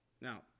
Now